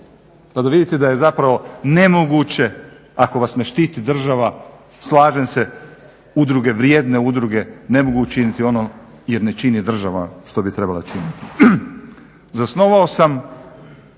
pa da vidite da je zapravo nemoguće ako vas ne štiti država, slažem se udruge, vrijedne udruge, ne mogu učiniti ono jer ne čini država što bi trebala činiti.